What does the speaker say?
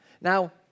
Now